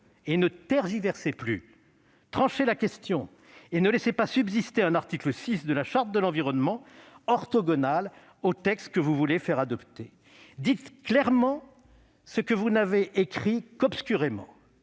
et ne tergiversez plus ! Tranchez la question et ne laissez pas subsister un article 6 de la Charte de l'environnement orthogonal au texte que vous voulez faire adopter. Dites clairement ce que vous n'avez écrit qu'obscurément,